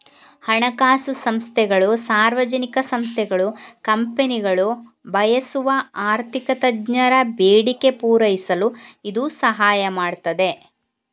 ಹಣಕಾಸು ಸಂಸ್ಥೆಗಳು, ಸಾರ್ವಜನಿಕ ಸಂಸ್ಥೆಗಳು, ಕಂಪನಿಗಳು ಬಯಸುವ ಆರ್ಥಿಕ ತಜ್ಞರ ಬೇಡಿಕೆ ಪೂರೈಸಲು ಇದು ಸಹಾಯ ಮಾಡ್ತದೆ